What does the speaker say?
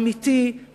אמיתי,